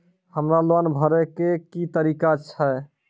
हमरा लोन भरे के की तरीका है?